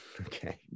Okay